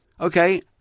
Okay